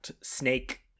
snake